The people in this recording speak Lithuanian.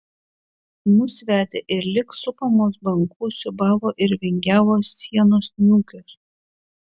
mus vedė ir lyg supamos bangų siūbavo ir vingiavo sienos niūkios